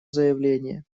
заявление